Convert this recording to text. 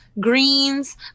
greens